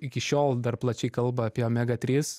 iki šiol dar plačiai kalba apie omega trys